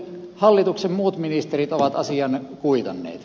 hallituksen muut ministerit ovat asian kuitanneet